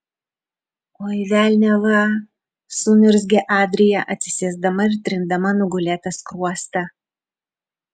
oi velniava suniurzgė adrija atsisėsdama ir trindama nugulėtą skruostą